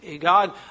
God